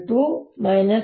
E E